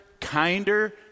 kinder